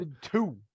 Two